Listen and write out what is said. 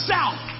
South